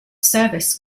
service